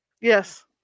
Yes